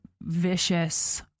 vicious